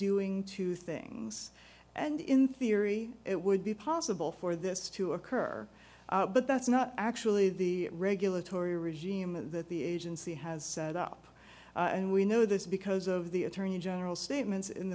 doing two things and in theory it would be possible for this to occur but that's not actually the regulatory regime that the agency has set up and we know this because of the attorney general statements in